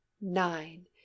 nine